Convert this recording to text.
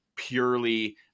purely